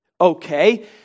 Okay